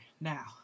Now